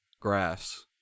grass